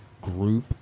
group